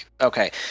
Okay